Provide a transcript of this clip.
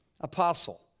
Apostle